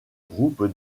groupe